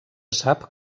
sap